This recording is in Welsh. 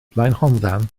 blaenhonddan